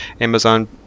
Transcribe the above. Amazon